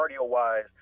cardio-wise